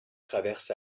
traverse